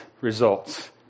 results